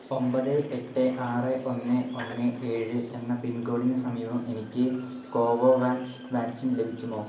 ഒമ്പത് എട്ട് ആറ് ഒന്ന് ഒന്ന് ഏഴ് എന്ന പിൻകോഡിന് സമീപം എനിക്ക് കോവോവാക്സ് വാക്സിൻ ലഭിക്കുമോ